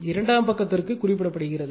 இரண்டாம் பக்கத்திற்கு குறிப்பிடப்படுகிறது